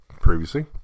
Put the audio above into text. previously